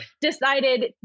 decided